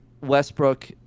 Westbrook